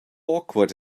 awkward